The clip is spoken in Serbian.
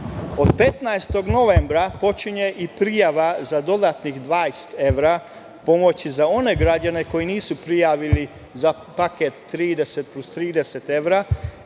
15. novembra počinje i prijava za dodatnih 20 evra pomoći za one građane koji se nisu prijavili za paket 30 plus 30 evra,